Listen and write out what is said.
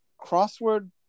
Crossword